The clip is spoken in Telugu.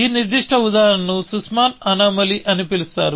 ఈ నిర్దిష్ట ఉదాహరణను సుస్మాన్ అనామోలీSussman's anomaly అని పిలుస్తారు